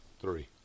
Three